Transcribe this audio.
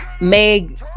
Meg